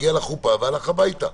הגיע לחופה והלך הביתה,